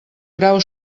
grau